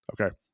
Okay